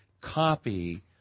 copy